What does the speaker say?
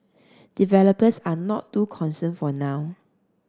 developers are not too concerned for now